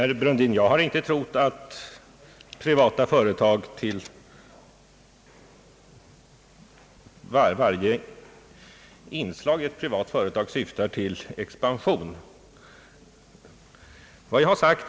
Herr talman! Nej, herr Brundin, jag har inte trott att privata företag syftar till expansion i varje del av sin verksamhet.